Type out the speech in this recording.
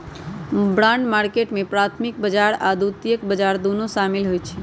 bond market में प्राथमिक बजार आऽ द्वितीयक बजार दुन्नो सामिल होइ छइ